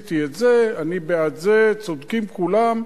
עשיתי את זה, אני בעד זה, צודקים כולם,